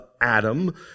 Adam